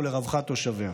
לרווחת תושביה.